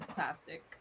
Classic